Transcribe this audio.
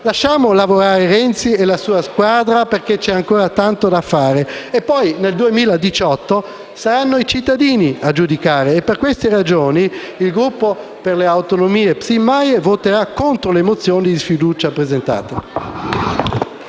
Lasciamo lavorare Renzi e la sua squadra, perché c'è ancora tanto da fare. Poi - nel 2018 - saranno i cittadini a giudicare. Per queste ragioni il Gruppo per le Autonomie-PSI-MAIE voterà contro le mozioni di sfiducia presentate.